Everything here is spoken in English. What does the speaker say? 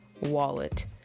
wallet